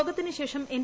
യോഗത്തിന് ശേഷം എൻ